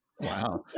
Wow